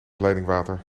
leidingwater